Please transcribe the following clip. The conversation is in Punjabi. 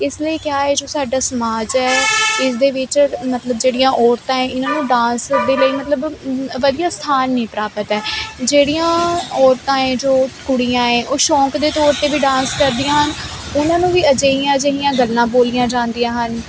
ਇਸ ਲਈ ਕਿਆ ਹੈ ਜੋ ਸਾਡਾ ਸਮਾਜ ਹ ਇਸਦੇ ਵਿੱਚ ਮਤਲਬ ਜਿਹੜੀਆਂ ਔਰਤਾਂ ਇਹਨਾਂ ਨੂੰ ਡਾਂਸ ਦੇ ਲਈ ਮਤਲਬ ਵਧੀਆ ਸਥਾਨ ਨਹੀਂ ਪ੍ਰਾਪਤ ਹੈ ਜਿਹੜੀਆਂ ਔਰਤਾਂ ਜੋ ਕੁੜੀਆਂ ਹ ਉਹ ਸ਼ੌਂਕ ਦੇ ਤੌਰ ਤੇ ਵੀ ਡਾਂਸ ਕਰਦੀਆਂ ਹਨ ਉਹਨਾਂ ਨੂੰ ਵੀ ਅਜਿਹੀਆਂ ਅਜਿਹੀਆਂ ਗੱਲਾਂ ਬੋਲੀਆਂ ਜਾਂਦੀਆਂ ਹਨ